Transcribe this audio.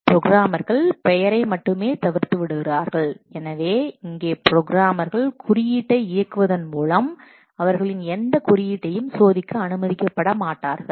ப்ரோக்ராமர்கள் பெயரை மட்டுமே தவிர்த்துவிடுவார்கள் எனவே இங்கே புரோகிராமர்கள் குறியீட்டை இயக்குவதன் மூலம் அவர்களின் எந்த குறியீட்டையும் சோதிக்க அனுமதிக்கப்பட மாட்டார்கள்